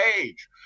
page